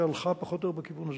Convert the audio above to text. שהלכה פחות או יותר בכיוון הזה.